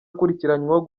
akurikiranyweho